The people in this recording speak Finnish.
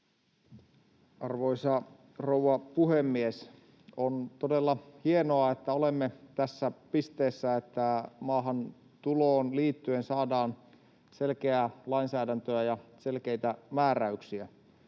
Arvoisa rouva puhemies! On todella hienoa, että olemme tässä pisteessä, että maahantuloon liittyen saadaan selkeää lainsäädäntöä ja selkeitä määräyksiä.